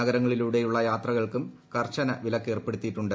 നഗരങ്ങളിലൂടെ യുള്ള യാത്രകൾക്കും കർശന്റ് വീല്ലക്കേർപ്പെടുത്തിയിട്ടുണ്ട്